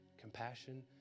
compassion